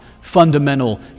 fundamental